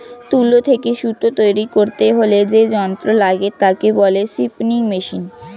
তুলো থেকে সুতো তৈরী করতে হলে যে যন্ত্র লাগে তাকে বলে স্পিনিং মেশিন